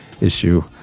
issue